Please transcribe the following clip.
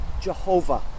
Jehovah